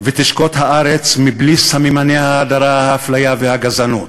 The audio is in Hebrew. ותשקוט הארץ בלי סממני ההדרה, האפליה והגזענות,